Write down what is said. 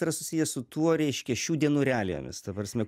yra susijęs su tuo reiškia šių dienų realijomis ta prasme